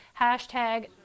hashtag